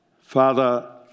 Father